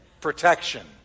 Protection